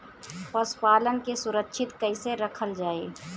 पशुपालन के सुरक्षित कैसे रखल जाई?